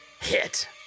hit